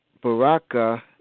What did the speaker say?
Baraka